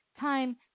time